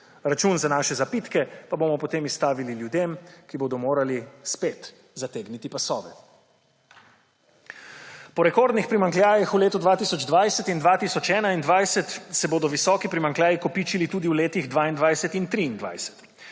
račun za naše zapitke pa bomo potem izstavili ljudem, ki bodo morali spet zategniti pasove. Po rekordnih primanjkljajih v letu 2020 in 2021 se bodo visoki primanjkljaji kopičili tudi v letih 2022 in 2023.